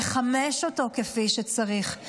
לחמש אותו כפי שצריך,